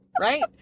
right